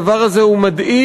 הדבר הזה הוא מדאיג,